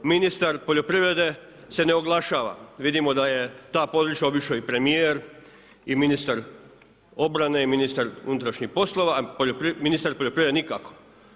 Ministar poljoprivrede se ne oglašava, vidimo da je ta područja obišao i premijer i ministar obrane i ministar unutrašnjih poslova, a ministar poljoprivrede nikako.